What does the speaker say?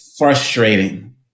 frustrating